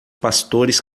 pastores